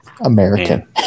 American